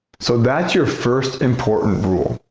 so that's your first important rule.